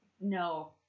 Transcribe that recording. No